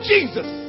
Jesus